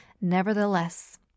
nevertheless